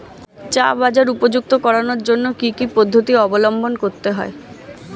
চা বাজার উপযুক্ত করানোর জন্য কি কি পদ্ধতি অবলম্বন করতে হয়?